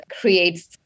creates